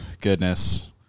Goodness